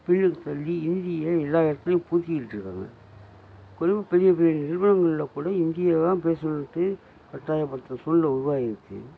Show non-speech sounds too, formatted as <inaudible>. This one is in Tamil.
கீழே தள்ளி ஹிந்தியை எல்லா இடத்துலையும் புகுத்திட்டு இருக்காங்க <unintelligible> பெரிய பெரிய நிறுவனங்களில் கூட ஹிந்தியை தான் பேசணுன்ட்டு கட்டாயப்படுத்துகிற சூழ்நிலை உருவாகியிருக்கு